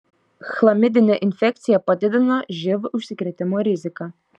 chlamidinė infekcija padidina živ užsikrėtimo riziką